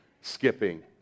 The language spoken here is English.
skipping